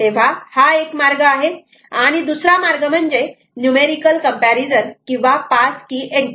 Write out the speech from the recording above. तेव्हा हा एक मार्ग आहे आणि दुसरा मार्ग म्हणजे न्यूमेरिकल कम्पॅरिझन किंवा पास की एन्ट्री